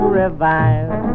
revive